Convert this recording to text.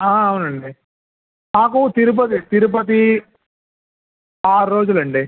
అవునండి నాకు తిరుపతి తిరుపతి ఆరు రోజులండి